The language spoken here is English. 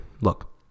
look